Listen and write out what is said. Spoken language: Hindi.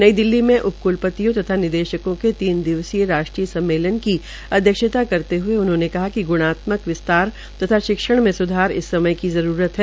नई दिल्ली में उप कलपतियों तथा निदेशकों के तीन दिवसीय राष्ट्रीय सम्मेलन की अध्यक्षता करते हये उन्होंने कहा कि ग्णात्मक विस्तार तथा शिक्षण में स्धार इस समय की जरूरत है